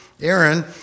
Aaron